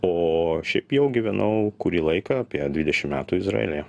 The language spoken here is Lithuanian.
o šiaip jau gyvenau kurį laiką apie dvidešim metų izraelyje